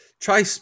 Try –